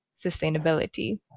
sustainability